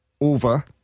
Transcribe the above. over